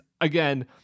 again